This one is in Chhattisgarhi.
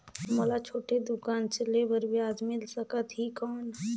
मोला छोटे दुकान चले बर ब्याज मिल सकत ही कौन?